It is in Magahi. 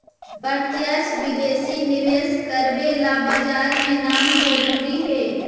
प्रत्यक्ष विदेशी निवेश करवे ला बाजार में नाम जरूरी है